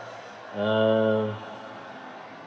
uh